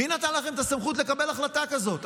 מי נתן לכם את הסמכות לקבל החלטה כזאת,